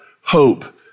hope